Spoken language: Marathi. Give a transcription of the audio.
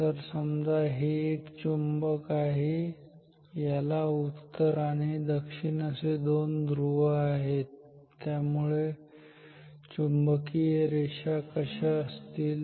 तर समजा हे एक चुंबक आहे याला उत्तर आणि दक्षिण दोन ध्रुव आहेत त्यामुळे चुंबकीय रेषा कशा असतील